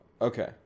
okay